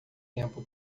tempo